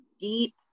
deep